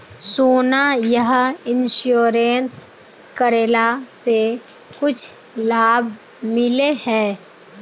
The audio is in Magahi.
सोना यह इंश्योरेंस करेला से कुछ लाभ मिले है?